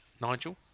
Nigel